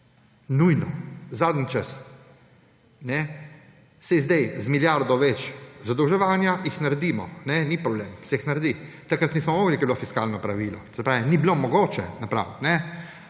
Nujno, zadnji čas! Saj zdaj z milijardo več zadolževanja jih naredimo, ni problem, se jih naredi. Takrat nismo mogli, ko je bilo fiskalno pravilo, to se pravi, ni bilo mogoče napraviti.